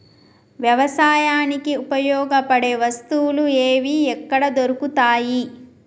వ్యవసాయానికి ఉపయోగపడే వస్తువులు ఏవి ఎక్కడ దొరుకుతాయి?